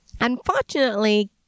Unfortunately